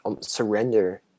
surrender